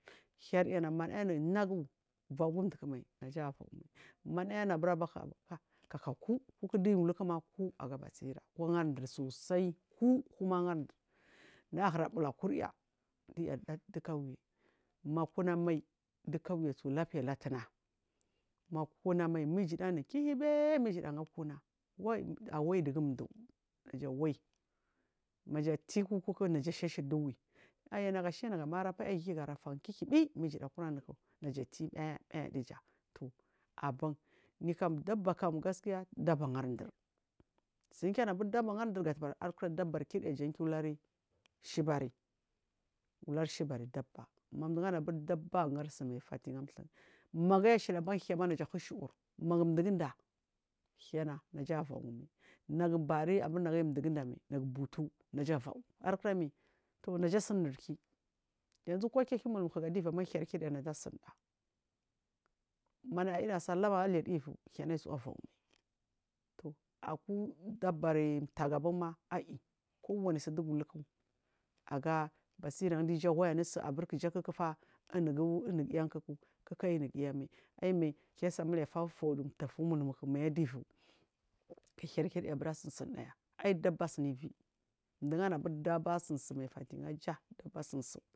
Hnyana manaya anu nagu vawu gu mduku mai naja vawumaai manaya anu bura baku kaka ku kuma aga basira ku angarɗu sosai ku kuma angardur naya ahura bula kurya ɗiya aɗu kauyi ma kuna mai ɗu kauyi suwlu lapiya latuna makuna mai ma iguva anu kikubi ma iguɗa anu kuna awai dugu mɗu naga wai naja tie naga shashile ɗu wi aya nagu shma nagu mara paya hi gara kubi ma iguɗa kura muku naja tie miya miya ɗuja aɓan nikam ɗaba kam gaskiya ɗaɓa angari vur sungunu ɗaba gari nɗur kui arkura ɗabar kirya yan giyu ulari shibari ular shubari ɗaba ma mɗugu anu aburi ɗaba auyi angari ndur mai fitiga thllaguyi magu ayashili ban ma hiya ahushuwana mai nagu bari nagu aryi mɗuguda nau nagu vutu nja avawun akuna mi naja asunuri ki yanzu kudiyu ahiya umufmuku gaɗuki hiya naja asunɗa manaya amuliya sallama manaya alivu naja suwa fawumai aku dabari mtagu ban kuma aiyi kowani suɗugu luku aga ɓasiragu ɗuiyu awayi su aɓuri kuku fa kuja umugiyangu kuku aiyi unugiya mai almai kisa muliyapa fordu mtufu umulmuku mayu aduvu ku hirkirya abura sa sundaya ai ɗaɓa asuini ivi mdugu anu abeni ɗaba asunsum fatigaja ɗaɓa sunsu.